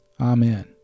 Amen